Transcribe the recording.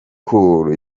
cool